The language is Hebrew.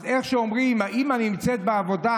איך שאומרים, אימא נמצאת בעבודה,